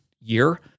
year